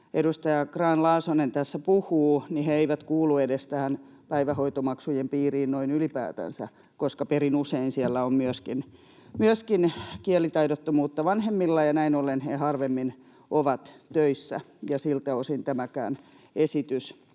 edustaja Grahn-Laasonen tässä puhuu, eivät edes kuulu päivähoitomaksujen piiriin noin ylipäätänsä, koska perin usein siellä on myöskin kielitaidottomuutta vanhemmilla, ja näin ollen he harvemmin ovat töissä, ja siltä osin tämäkään esitys